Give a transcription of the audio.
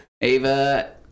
Ava